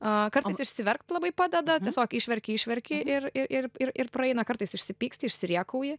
a kartais išsiverkt labai padeda tiesiog išverkti išverki ir ir ir ir ir praeina kartais išsipyksti išsirėkauji